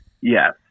Yes